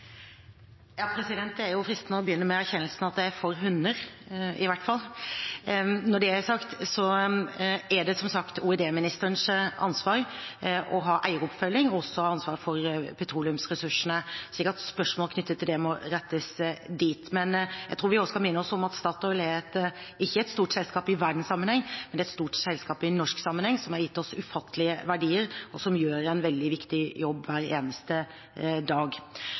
Det er fristende å begynne med den erkjennelsen at jeg er for hunder, i hvert fall! Når det er sagt, er som sagt eieroppfølging og petroleumsressursene olje- og energiministerens ansvar, slik at spørsmål knyttet til det må rettes dit. Jeg tror vi også skal minne oss selv om at Statoil ikke er et stort selskap i verdenssammenheng, men det er et stort selskap i norsk sammenheng, som har gitt oss ufattelige verdier, og som gjør en veldig viktig jobb hver eneste dag.